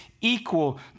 equal